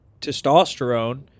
testosterone